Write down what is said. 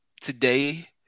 today